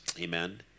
amen